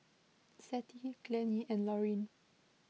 Zettie Glennie and Lorene